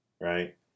right